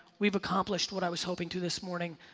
we've accomplished what i was hoping to this morning,